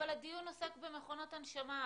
אבל הדיון עוסק במכונות הנשמה,